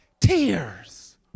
tears